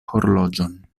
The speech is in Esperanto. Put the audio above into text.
horloĝon